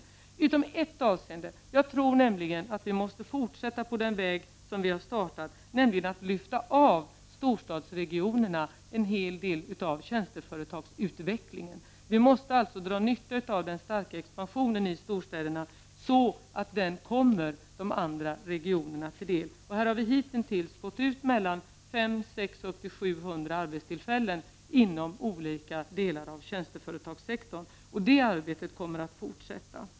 Detta gäller förutom i ett avseende. Vi måste nämligen enligt min uppfattning fortsätta på den väg som vi har startat, vilket innebär att vi lyfter av storstadsregionerna en hel del av tjänsteföretagsutvecklingen. Vi måste således dra nytta av den starka expansionen i storstäderna, så att den kommer de andra regionerna till del. På detta område har vi hitintills fått ut mellan 500 och 700 arbetstillfällen inom olika delar av tjänsteföretagssektorn. Detta arbete kommer att fortsätta.